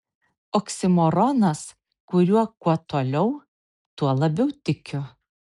oksimoronas kuriuo kuo toliau tuo labiau tikiu